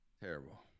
terrible